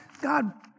God